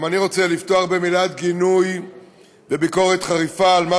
גם אני רוצה לפתוח במילת גינוי וביקורת חריפה על מה